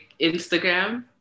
Instagram